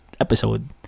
episode